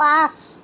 পাঁচ